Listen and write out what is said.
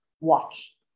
watch